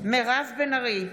מירב בן ארי,